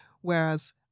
Whereas